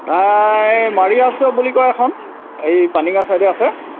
তাই বুলি কয় এখন এই পানী গাঁও চাইডে আছে